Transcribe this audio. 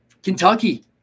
Kentucky